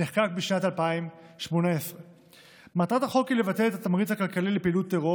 נחקק בשנת 2018. מטרת החוק היא לבטל את התמריץ הכלכלי לפעילות טרור